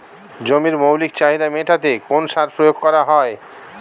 জমির মৌলিক চাহিদা মেটাতে কোন সার প্রয়োগ করা হয়?